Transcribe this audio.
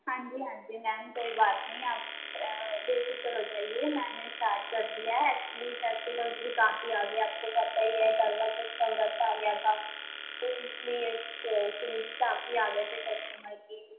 ਹਾਂਜੀ ਹਾਂਜੀ ਮੈਮ ਕੋਈ ਬਾਤ ਨਹੀਂ ਆਪ ਬੇਫਿਕਰ ਹੋ ਜਾਈਏ ਮੈਨੇ ਸਟਾਰਟ ਕਰ ਦੀਆ ਐਕਚੂਅਲੀ ਫੈਸਟੀਵਲਸ ਵੀ ਕਾਫ਼ੀ ਆ ਗਏ ਆਪਕੋ ਪਤਾ ਹੀ ਹੈ ਕਰਬਾਚੋਥ ਕਾ ਵਰਤ ਆ ਗਿਆ ਥਾ ਤੋ ਇਸ ਲੀਏ ਸੂਟਸ ਕਾਫ਼ੀ ਆ ਗਏ ਥੇ ਕਸਟਮਰ ਕੇ